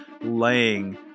laying